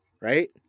right